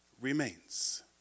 remains